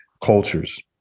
cultures